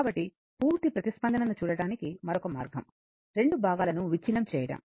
కాబట్టి పూర్తి ప్రతిస్పందనను చూడటానికి మరొక మార్గం రెండు భాగాలను విచ్ఛిన్నం చేయడం